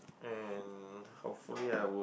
and hopefully I would